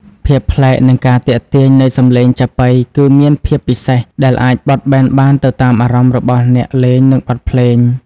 ភាពប្លែក និងការទាក់ទាញ នៃសម្លេងចាប៉ីគឺមានភាពពិសេស ដែលអាចបត់បែនបានទៅតាមអារម្មណ៍របស់អ្នកលេង និងបទភ្លេង។